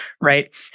Right